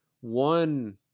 one